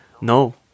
No